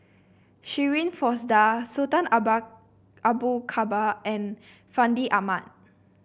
Shirin Fozdar Sultan Abu Bakar and Fandi Ahmad